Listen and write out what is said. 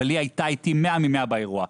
אבל היא הייתה מאה ממאה באירוע.